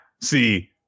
See